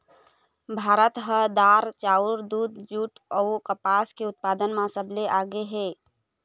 भारत ह दार, चाउर, दूद, जूट अऊ कपास के उत्पादन म सबले आगे हे